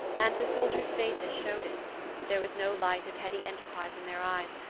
and the soldiers' faces showed it there was no light of heady enterprise in their eyes,